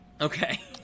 Okay